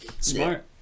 Smart